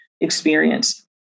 experience